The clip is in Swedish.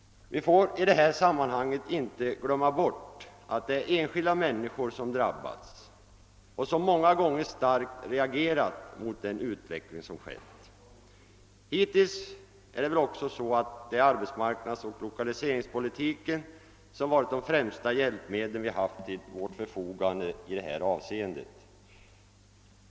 Vi får i detta sammanhang inte glömma bort att det är enskilda människor som drabbas och som många gånger starkt reagerat mot den utveckling som skett. Hittills har väl arbetsmarknadsoch lokaliseringspolitiken varit de främsta hjälpmedel som vi haft till vårt förfogande i detta avseende.